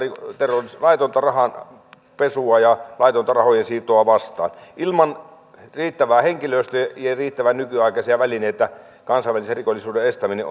laitonta rahanpesua ja laitonta rahojensiirtoa vastaan ilman riittävää henkilöstöä ja ja riittävän nykyaikaisia välineitä kansainvälisen rikollisuuden estäminen